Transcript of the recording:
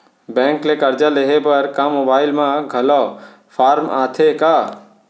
Bank ले करजा लेहे बर का मोबाइल म घलो फार्म आथे का?